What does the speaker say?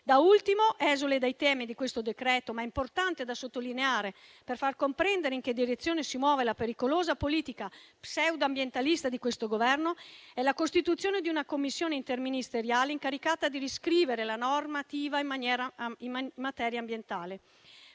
Da ultimo, esule dai temi di questo decreto, ma importante da sottolineare per far comprendere in che direzione si muove la pericolosa politica pseudo-ambientalista di questo Governo, è la costituzione di una commissione interministeriale incaricata di riscrivere la normativa in materia ambientale.